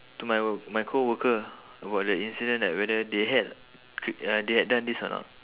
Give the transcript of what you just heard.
to my my coworker about the incident like whether they had they had done this or not